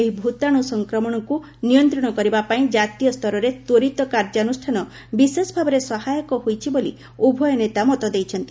ଏହି ଭୂତାଣୁ ସଂକ୍ରମଣକୁ ନିୟନ୍ତ୍ରଣ କରିବା ପାଇଁ ଜାତୀୟ ସ୍ତରରେ ତ୍ୱରିତ କାର୍ଯ୍ୟାନୁଷ୍ଠାନ ବିଶେଷ ଭାବେ ସହାୟକ ହୋଇଛି ବୋଲି ଉଭୟ ନେତା ମତ ଦେଇଛନ୍ତି